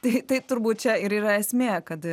tai tai turbūt čia ir yra esmė kad